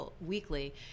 weekly